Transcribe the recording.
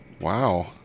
Wow